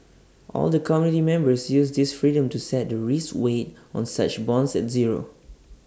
all the committee members use this freedom to set the risk weight on such bonds at zero